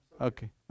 Okay